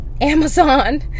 Amazon